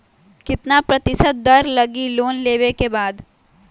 कितना प्रतिशत दर लगी लोन लेबे के बाद?